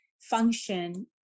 function